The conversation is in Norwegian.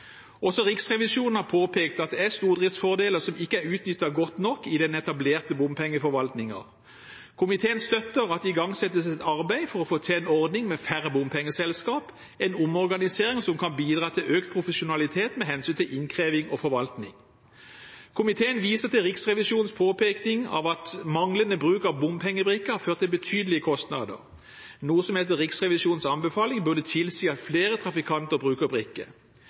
Også Riksrevisjonen har påpekt at det er stordriftsfordeler som ikke er utnyttet godt nok i den etablerte bompengeforvaltningen. Komiteen støtter at det igangsettes et arbeid for å få til en ordning med færre bompengeselskaper, en omorganisering som kan bidra til økt profesjonalitet med hensyn til innkreving og forvaltning. Komiteen viser til Riksrevisjonens påpekning av at manglende bruk av bompengebrikker har ført til betydelige kostnader, noe som etter Riksrevisjonens anbefaling burde tilsi at flere trafikanter bruker brikke. Komiteens flertall, Høyre, Fremskrittspartiet og